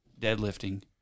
deadlifting